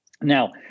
Now